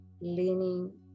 leaning